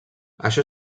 això